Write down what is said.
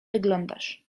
wyglądasz